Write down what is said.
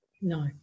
No